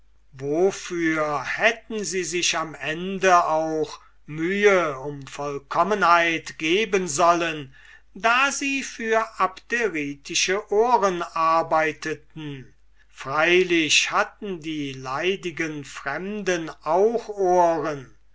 wofür hätten sie sich am ende auch mühe um vollkommenheit gehen sollen da sie für abderitische ohren arbeiteten freilich hatten die leidigen fremden auch ohren